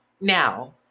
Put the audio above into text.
Now